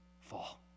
fall